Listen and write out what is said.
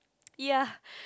ya